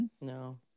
no